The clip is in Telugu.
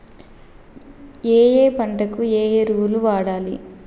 ఏయే పంటకు ఏ ఎరువులు వాడాలి?